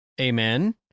Amen